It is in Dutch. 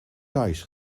thais